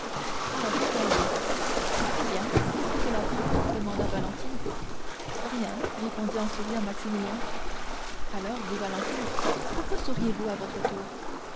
ah vous voyez eh bien qu'est-ce que cela prouve demanda valentine rien répondit en souriant maximilien alors dit valentine pourquoi souriez-vous à votre tour